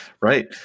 Right